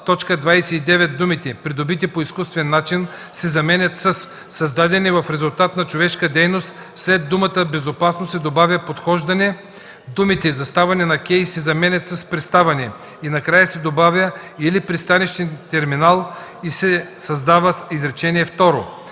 в т. 29 думите „придобити по изкуствен начин” се заменят със „създадени в резултат на човешка дейност”, след думата „безопасно” се добавя „подхождане”, думите „заставане на кей” се заменят с „приставане” и накрая се добавя „или пристанищен терминал” и се създава изречение второ: